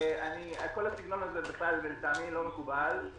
כל הסגנון הזה בכלל לטעמי לא מקובל.